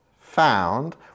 found